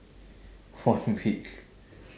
one week